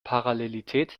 parallelität